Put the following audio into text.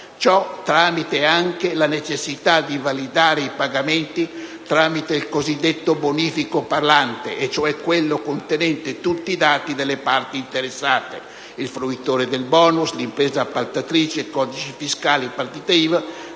tramite anche la necessità di validare i pagamenti tramite il cosiddetto bonifico parlante, e cioè quello contenente tutti i dati delle parti interessate (fruitore del *bonus,* impresa appaltatrice, codici fiscali e partita IVA,